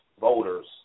voters